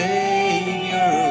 Savior